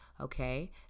Okay